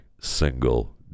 single